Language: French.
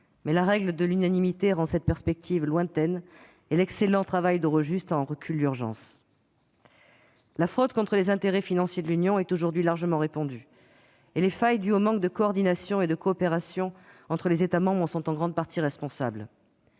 Mais la règle de l'unanimité rend cette perspective lointaine et l'excellent travail d'Eurojust réduit l'urgence. La fraude contre les intérêts financiers de l'Union européenne est aujourd'hui largement répandue, et les failles dues au manque de coordination et de coopération entre les États membres sont en grande partie responsables